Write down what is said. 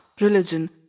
religion